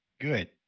good